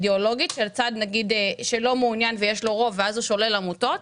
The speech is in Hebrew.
אידיאולוגית של צד שלא מעוניין ויש לו רוב ואז הוא שולל עמותות,